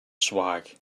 swag